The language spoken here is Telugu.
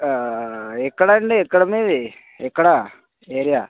ఎక్కడ అండి ఎక్కడ మీది ఎక్కడ ఏరియా